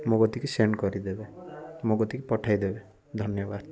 ମୋ କତିକି ସେଣ୍ଡ କରିଦେବେ ମୋ କତିକି ପଠାଇଦେବେ ଧନ୍ୟବାଦ